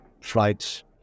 flights